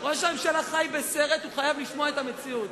ראש הממשלה חי בסרט, הוא חייב לשמוע את המציאות.